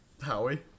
Howie